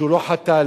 שלא חטא,